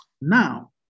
Now